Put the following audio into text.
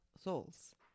souls